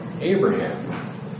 Abraham